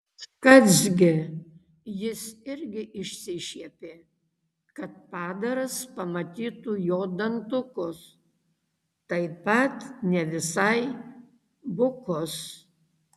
škac gi jis irgi išsišiepė kad padaras pamatytų jo dantukus taip pat ne visai bukus